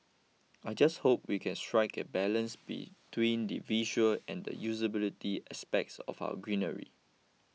I just hope we can strike a balance between the visual and the usability aspects of our greenery